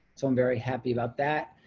so i'm very happy about that.